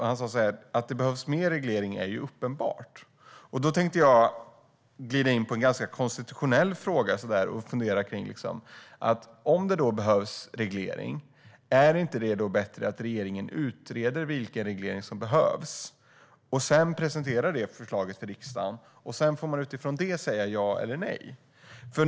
Han sa: Att det behövs mer reglering är uppenbart. Då tänkte jag glida in på en ganska konstitutionell fråga. Om det behövs reglering, är det då inte bättre att regeringen utreder vilken reglering som behövs och presenterar förslaget för riksdagen och att vi utifrån det sedan får säga ja eller nej?